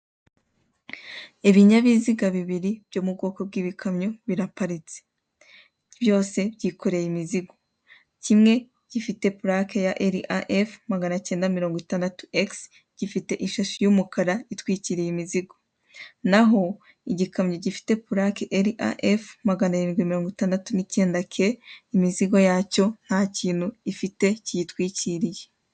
Ibinyabizga bibiri byo mu bwoko bw'ibikamyo biraparitse. Byose byikoreye imizigo. Kimwe gifite purake ya R.A.F magana cyenda mirongo itandatu X, gifite ishashi y'umukara itwikiriye imizigo. Na ho igikamyo gifite purake R.A.F magana arindwi mirongo itandatu n'icyenda K, imizigo yacyo ntakintu ifite kiyitwikiriye.